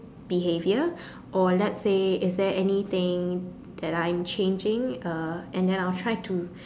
behaviour or let's say is there anything that I'm changing uh and then I'll try to